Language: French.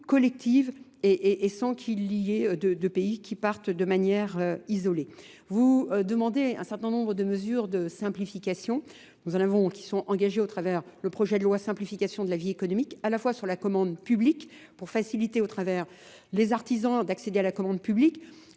collective et sans qu'il y ait deux pays qui partent de manière isolée. Vous demandez un certain nombre de mesures de simplification. Nous en avons qui sont engagées au travers le projet de loi simplification de la vie économique, à la fois sur la commande publique, pour faciliter au travers les artisans d'accéder à la commande publique,